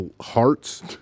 hearts